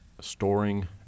storing